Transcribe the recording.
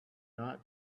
not